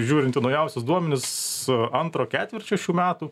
žiūrint į naujausius duomenis antro ketvirčio šių metų